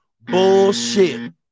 Bullshit